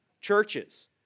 churches